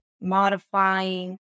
modifying